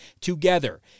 together